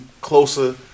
closer